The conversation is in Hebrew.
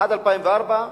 עד 2004,